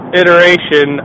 iteration